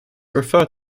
referred